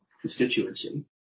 constituency